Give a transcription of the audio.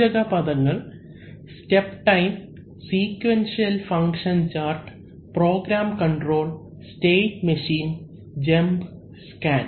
സൂചക പദങ്ങൾ step time sequential function chart program control state machine jump scan